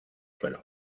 suelo